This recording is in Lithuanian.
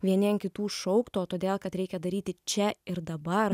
vieni ant kitų šauktų o todėl kad reikia daryti čia ir dabar